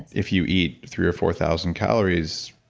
if you eat three or four thousand calories,